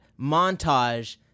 montage